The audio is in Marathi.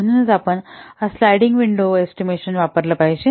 म्हणूनच आपण हा स्लाइडिंग विंडो अंदाज वापरला पाहिजे